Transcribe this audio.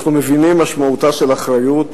אנחנו מבינים משמעותה של אחריות,